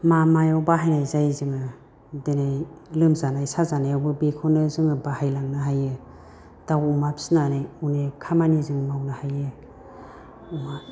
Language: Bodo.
मा मायाव बाहायनाय जायो जोङो दिनै लोमजानाय साजानायावबो बेखौनो जोङो बाहायलांनो हायो दाव अमा फिनानै अनेक खामानि जों मावनो हायो अमा